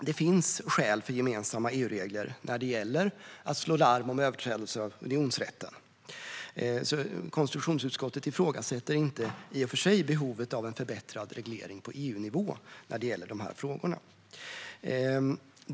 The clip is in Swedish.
Det finns skäl för gemensamma EU-regler när det gäller att slå larm om överträdelser av unionsrätten, så konstitutionsutskottet ifrågasätter inte i och för sig behovet av en förbättrad reglering på EU-nivå när det gäller dessa frågor.